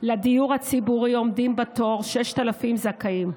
לדיור הציבורי עומדים בתור 6,000 זכאים,